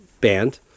band